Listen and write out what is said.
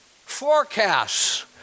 Forecasts